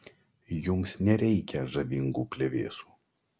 jums nereikia žavingų plevėsų